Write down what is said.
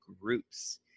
groups